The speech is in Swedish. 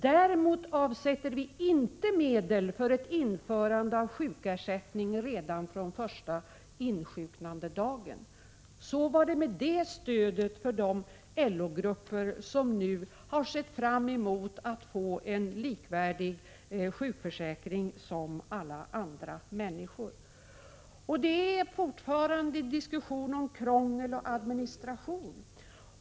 Däremot avsätter ni inte medel för ett införande av sjukersättning redan från första insjuknandedagen. Så var det med det stödet för LO-grupper som nu har sett fram emot att få en sjukförsäkring som är likvärdig med vad alla andra människor har. Det är fortfarande diskussion om krångel och administration.